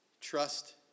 Trust